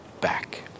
back